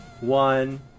one